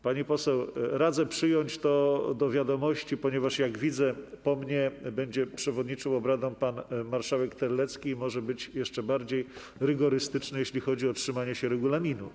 Pani poseł, radzę przyjąć to do wiadomości, ponieważ, jak widzę, po mnie będzie przewodniczył obradom pan marszałek Terlecki i może być jeszcze bardziej rygorystyczny, jeśli chodzi o trzymanie się regulaminu.